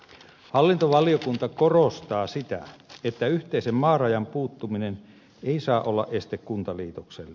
hallintovaliokunta korostaa sitä että yhteisen maarajan puuttuminen ei saa olla este kuntaliitokselle